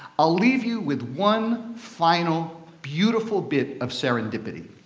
i'll leave you with one final beautiful bit of serendipity.